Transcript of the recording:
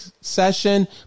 session